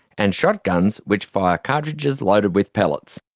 and shotguns which fire cartridges loaded with pellets.